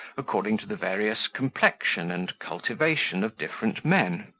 according to the various complexion and cultivation of different men,